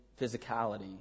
physicality